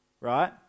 right